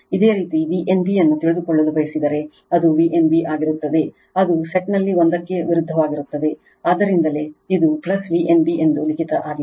ಇದೇ ರೀತಿ V n b ಯನ್ನು ತಿಳಿದುಕೊಳ್ಳಲು ಬಯಸಿದರೆ ಅದು V n b ಆಗಿರುತ್ತದೆ ಅದು ಸೆಟ್ನಲ್ಲಿ ಒಂದಕ್ಕೆ ವಿರುದ್ಧವಾಗಿರುತ್ತದೆ ಆದ್ದರಿಂದಲೇ ಇದು V n b ಎಂದು ಲಿಖಿತ ಆಗಿದೆ